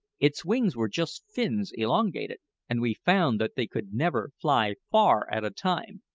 its wings were just fins elongated and we found that they could never fly far at a time,